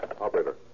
Operator